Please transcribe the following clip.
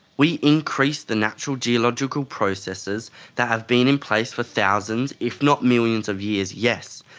we increased the natural geological processes that have been in place for thousands, if not millions of years, yes,